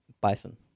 bison